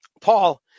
Paul